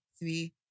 Three